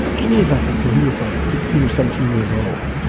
any of us until he was like sixteen or seventeen years old.